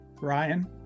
Ryan